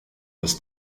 was